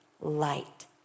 light